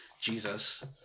Jesus